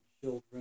children